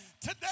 today